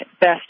best